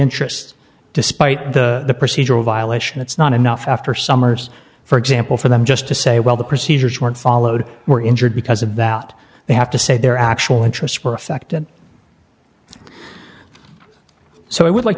interest despite the procedural violation it's not enough after summers for example for them just to say well the procedures weren't followed or injured because of that they have to say their actual interests were affected so i would like